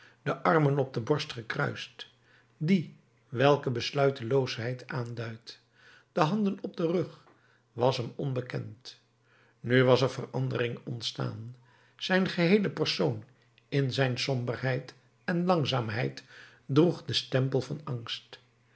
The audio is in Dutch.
de armen op de borst gekruist die welke besluiteloosheid aanduidt de handen op den rug was hem onbekend nu was er verandering ontstaan zijn geheele persoon in zijn somberheid en langzaamheid droeg den stempel van angst